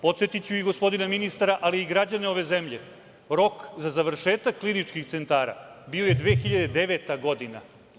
Podsetiću i gospodina ministra, ali i građane ove zemlje – rok za završetak kliničkih centara bio je 2009. godina.